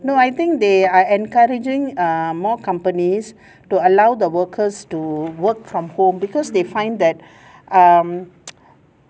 no I think they are encouraging err more companies to allow the workers to work from home because they find that um